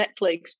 Netflix